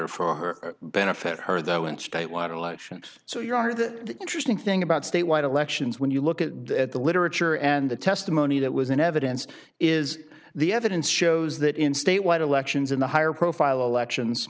or for her benefit her though in state want elections so you are the interesting thing about statewide elections when you look at the literature and the testimony that was in evidence is the evidence shows that in statewide elections in the higher profile elections